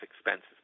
expenses